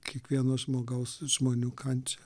kiekvieno žmogaus žmonių kančią